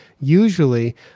Usually